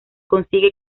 consigue